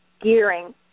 gearing